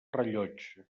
rellotge